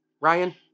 Ryan